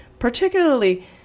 particularly